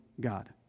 God